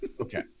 Okay